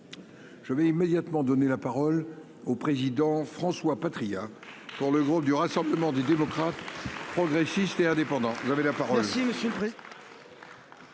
je vais immédiatement donner la parole au président François Patriat. Pour le groupe du Rassemblement des démocrates progressistes et indépendants, vous avez la parole